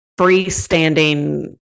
freestanding